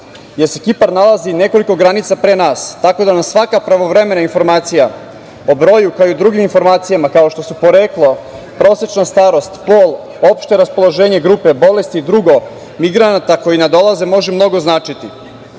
jer se Kipar nalazi nekoliko granica pre nas, tako da nas svaka pravovremena informacija o broju, kao i o drugim informacijama kao što su poreklo, prosečna starost, pol, opšte raspoloženje, grupe bolesti i drugo migrana koji nadolaze može mnogo značiti. Ovom